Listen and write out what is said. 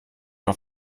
auf